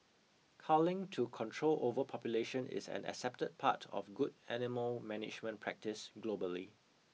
culling to control overpopulation is an accepted part of good animal management practice globally